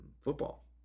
football